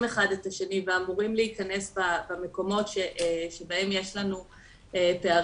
אחד את השני ואמורים להיכנס במקומות שבהם יש לנו פערים.